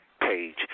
page